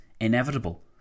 inevitable